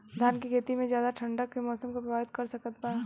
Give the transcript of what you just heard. धान के खेती में ज्यादा ठंडा के मौसम का प्रभावित कर सकता बा?